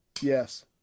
Yes